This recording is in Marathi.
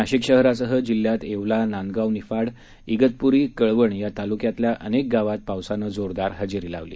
नाशिक शहरासह जिल्ह्यात येवला नांदगाव निफाड शितपुरी कळवण या तालुक्यातल्या अनेक गावांत पावसानं जोरदार हजेरी लावली